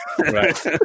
Right